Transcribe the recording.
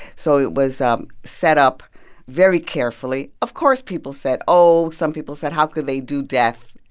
so it was um set up very carefully. of course, people said, oh some people said, how could they do death?